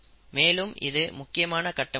மேலும் இது முக்கியமான கட்டமும் கூட